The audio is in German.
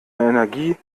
energie